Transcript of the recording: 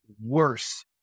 worse